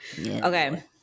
Okay